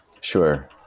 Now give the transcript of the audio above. Sure